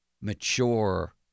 mature